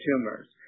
tumors